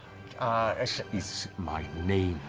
ah is my name,